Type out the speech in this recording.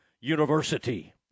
university